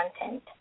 content